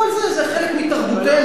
כל זה, זה חלק מתרבותנו.